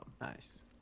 Nice